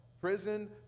prison